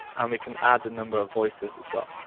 and we can add the number of voices as well.